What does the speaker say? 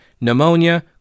pneumonia